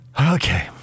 Okay